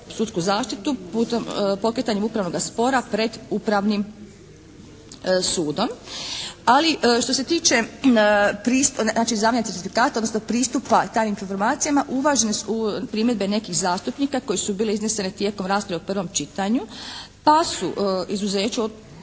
sudsku zaštitu putem, pokretanjem upravnoga spora pred Upravnim sudom. Ali što se tiče znači izdavanja certifikata odnosno pristupa tajnim informacijama uvažene su primjedbe nekih zastupnika koje su bile iznesene tijekom rasprave u prvom čitanju pa su izuzeću